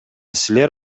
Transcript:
силер